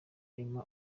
emma